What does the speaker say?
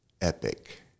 epic